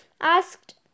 asked